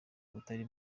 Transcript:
butari